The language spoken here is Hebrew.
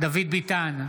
דוד ביטן,